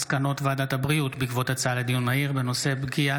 מסקנות ועדת הבריאות בעקבות דיון מהיר בהצעתם